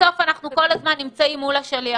בסוף אנחנו כל הזמן נמצאים מול השליח.